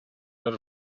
not